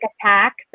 attacks